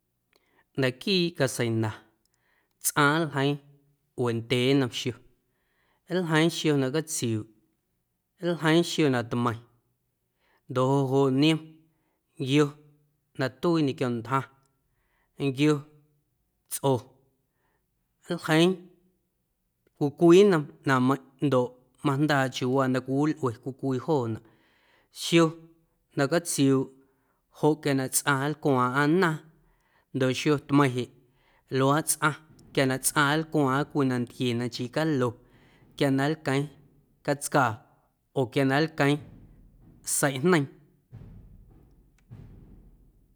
Naquiiꞌ caseina tsꞌaⁿ nljeiiⁿ wendyee nnom xio, nljeii xio na catsiuuꞌ, nljeii xio na tmeiⁿ ndoꞌ oꞌ joꞌ niom nquio na tuii ñequio ntjaⁿ, nquio tsꞌo nljeiiⁿ cwii cwii nnom ꞌnaⁿmeiⁿꞌ ndoꞌ majndaaꞌ chiuuwaa na cwiwilꞌue cwii cwii joonaꞌ. Xio na catsiuuꞌ joꞌ quia na tsꞌaⁿ nlcuaaⁿꞌaⁿ naaⁿ ndoꞌ xio tmeiⁿ jeꞌ luaaꞌ tsꞌaⁿ quia na tsꞌaⁿ nlcuaaⁿꞌaⁿ cwii nantquie na nchii calo quia na nlqueeⁿ catscaa oo quia na lqueeⁿ seiꞌjneiiⁿ.